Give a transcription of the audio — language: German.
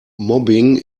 mobbing